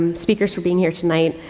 um speakers for being here tonight,